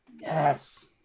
Yes